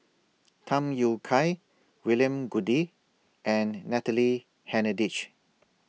Tham Yui Kai William Goode and Natalie Hennedige